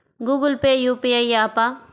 Google Pay UPI య్యాపా?